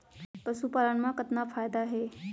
पशुपालन मा कतना फायदा हे?